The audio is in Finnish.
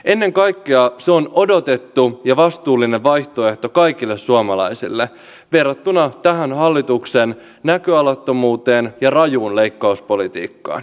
ennen kaikkea se on odotettu ja vastuullinen vaihtoehto kaikille suomalaisille verrattuna tähän hallituksen näköalattomuuteen ja rajuun leikkauspolitiikkaan